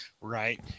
right